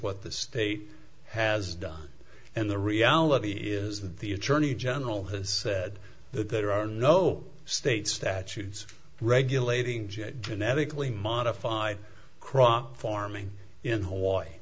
what the state has done and the reality is that the attorney general has said that there are no state statutes regulating genetically modified crop farming in hawaii